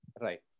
Right